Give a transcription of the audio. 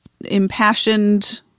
impassioned